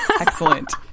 excellent